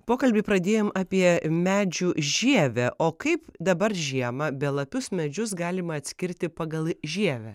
pokalbį pradėjom apie medžių žievę o kaip dabar žiemą belapius medžius galima atskirti pagal žievę